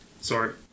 sorry